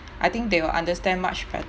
I think they will understand much